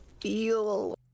feel